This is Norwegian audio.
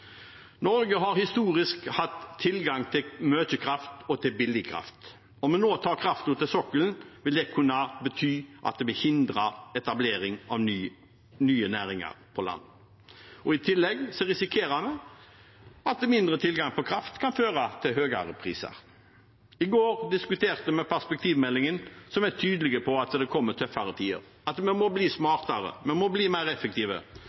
Norge har historisk sett hatt tilgang til mye og billig kraft. Hvis vi nå tar kraften til sokkelen, vil det kunne bety at det vil hindre etablering av nye næringer på land. I tillegg risikerer vi at mindre tilgang på kraft kan føre til høyere priser. I går diskuterte vi perspektivmeldingen, som er tydelig på at det kommer tøffere tider – at vi må bli smartere og vi må bli mer effektive.